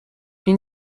این